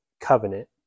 covenant